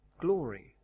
glory